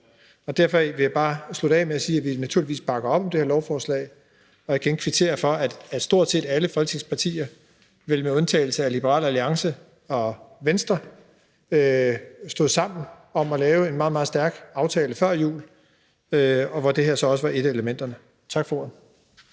Derfor vil jeg bare slutte af med sige, at vi naturligvis bakker op om det her lovforslag, og igen kvittere for, at stort set alle Folketingets partier med undtagelse af Liberal Alliance og Venstre stod sammen om at lave en meget, meget stærk aftale før jul, hvor det her så også var et af elementerne. Tak for ordet.